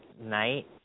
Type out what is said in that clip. night